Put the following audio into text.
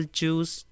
choose